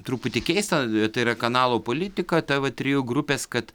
truputį keista tai yra kanalo politika tv trijų grupės kad